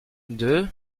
deux